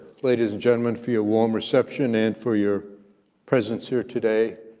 ladies and gentlemen, for your warm reception and for your presence here today.